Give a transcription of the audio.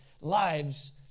lives